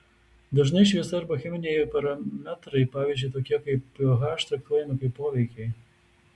dažnai šviesa arba cheminiai parametrai pavyzdžiui tokie kaip ph traktuojami kaip poveikiai